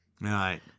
Right